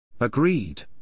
Agreed